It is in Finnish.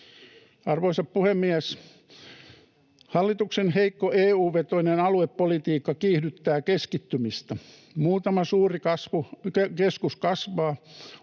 Arvoisa puhemies! Hallituksen heikko EU-vetoinen aluepolitiikka kiihdyttää keskittymistä. Muutama suuri keskus kasvaa,